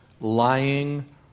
lying